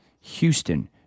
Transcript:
Houston